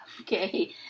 Okay